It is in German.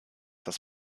das